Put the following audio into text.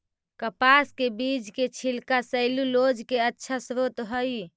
कपास के बीज के छिलका सैलूलोज के अच्छा स्रोत हइ